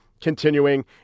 Continuing